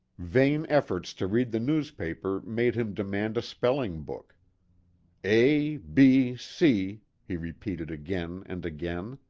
vain efforts to read the newspaper made him demand a spelling-book a, b, c, he re peated again and again.